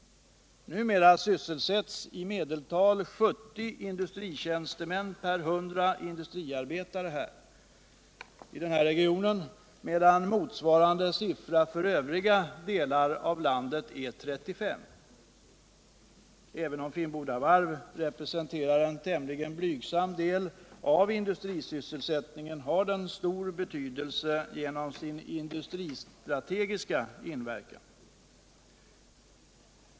Numera sysselsätts i medeltal 70 industritjänstemän per 100 industriarbetare i denna region, medan motsvarande siffra för övriga delar av landet är 35. Även om Finnboda varv representerar en tämligen blygsam del av industrisysselsättningen har den stor betydelse genom sin industristrategiska inverkan.